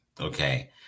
Okay